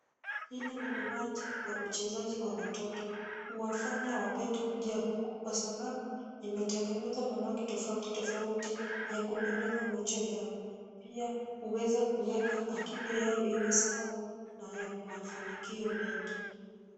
Hili ni uwanja wa uchezaji wa watoto. Huwafanya wapende kuja huku kwa sababu, imetengenezwa na rangi tofauti totauti ya kupendeza macho yao. Pia huweza kuweka akili yao iwe sawa na ya mafanikio mengi.